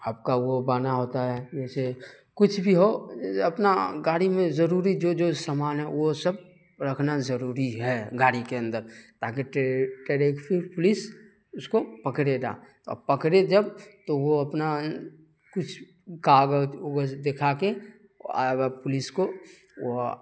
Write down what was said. آپ کا وہ بنا ہوتا ہے جیسے کچھ بھی ہو اپنا گاڑی میں ضروری جو جو سامان ہے وہ سب رکھنا ضروری ہے گاڑی کے اندر تاکہ ٹریفک پولیس اس کو پکڑے نہ اور پکڑے جب تو وہ اپنا کچھ کاغذ اوغذ دکھا کے پولیس کو وہ